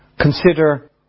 Consider